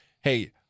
hey